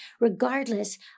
regardless